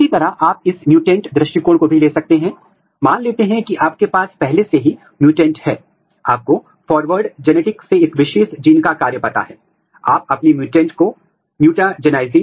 तो आप स्पष्ट रूप से देख सकते हैं कि अभिव्यक्ति प्रारंभिक चरण में सभी स्थानों पर है और फिर बाद में चरण यह लेम्मा और पेलिया तक ही सीमित है और आंतरिक अंगों में अभिव्यक्ति गायब हो रही है